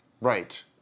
right